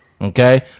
okay